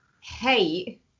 hate